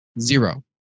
Zero